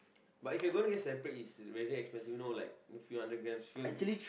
but if you're gonna get separate it's very expensive you know like you know a few hundred grams